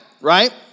right